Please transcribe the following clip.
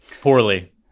Poorly